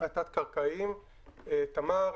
התת-קרקעיים תמר,